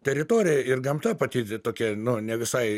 teritorija ir gamta pati tokia nu ne visai